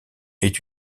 est